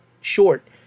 short